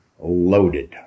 loaded